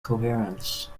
coherence